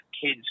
kids